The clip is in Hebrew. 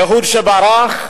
אהוד שברח,